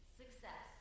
success